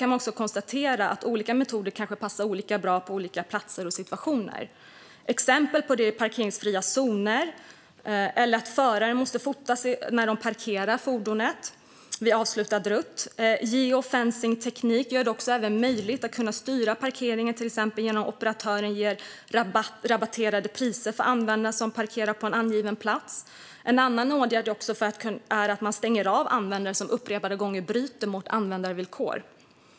Olika metoder kanske passar olika bra på olika platser och i olika situationer. Exempel på det är parkeringsfria zoner eller att förare måste fota när de parkerat fordonet vid avslutad rutt. Geofencing gör det även möjligt att styra parkeringen, till exempel genom att operatörer ger rabatterat pris för användare som parkerar på en angiven plats. En annan åtgärd är att stänga av användare som upprepade gånger brutit mot användarvillkor.